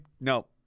no